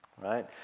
right